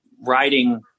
writing